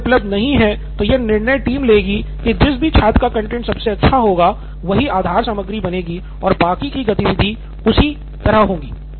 यदि वह उपलब्ध नहीं है तो यह निर्णय टीम लेगी कि जिस भी छात्र का कंटैंट सबसे अच्छा होगा वही आधार सामग्री बनेगी और फिर बाकी कि गतिविधि उसी तरह होगी